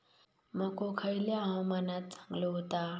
मको खयल्या हवामानात चांगलो होता?